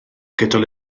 gydol